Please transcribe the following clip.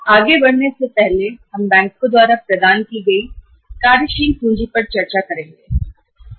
तो आगे बढ़ने से पहले आपसे बैंकों द्वारा प्रदान की गई कार्यशील पूंजी की अवधारणा पर चर्चा करना चाहता हूं